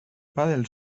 padel